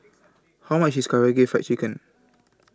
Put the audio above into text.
How much IS Karaage Fried Chicken